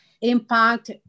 impact